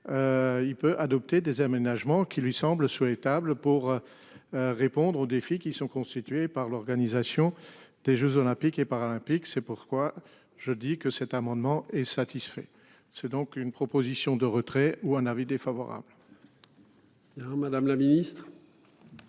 Il peut adopter des aménagements qui lui semblent souhaitables pour. Répondre aux défis qui sont constitués par l'organisation des Jeux olympiques et paralympiques. C'est pourquoi je dis que cet amendement est satisfait. C'est donc une proposition de retrait ou un avis défavorable. Alors Madame la Ministre.